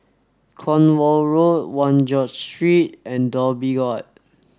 Cornwall Road One George Street and Dhoby Ghaut